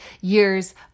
years